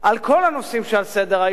על כל הנושאים שעל סדר-היום